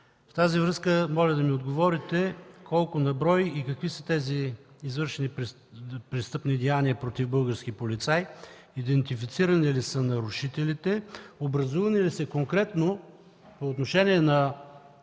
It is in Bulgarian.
с това моля да ми отговорите: колко на брой и какви са тези извършени престъпни деяния против български полицаи? Идентифицирани ли са нарушителите? Образувани ли са конкретно по отношение на